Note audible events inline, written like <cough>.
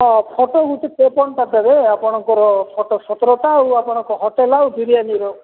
ହଁ ଫଟୋ <unintelligible> କରିଦେବେ ଆପଣଙ୍କର ଫଟୋ ସତରଟା ଆଉ ଆପଣଙ୍କ ହୋଟେଲ୍ ଆଉ ବିରିୟାନିର